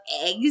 eggs